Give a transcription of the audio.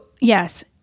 yes